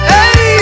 Hey